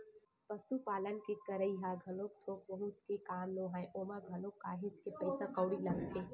पसुपालन के करई ह घलोक थोक बहुत के काम नोहय ओमा घलोक काहेच के पइसा कउड़ी लगथे